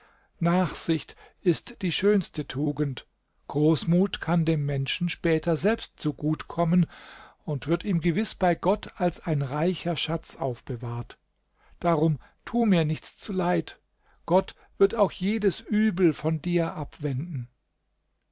nachsicht ist die schönste tugend großmut kann dem menschen später selbst zugut kommen und wird ihm gewiß bei gott als ein reicher schatz aufbewahrt darum tu mir nichts zuleid gott wird auch jedes übel von dir abwenden